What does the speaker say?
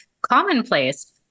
commonplace